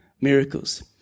miracles